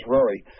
Rory